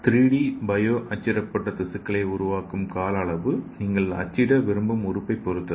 3 D bio அச்சிடப்பட்ட திசுக்களை உருவாக்கும் கால அளவு நீங்கள் அச்சிட விரும்பும் உறுப்பைப் பொறுத்தது